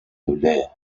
dolez